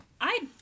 I-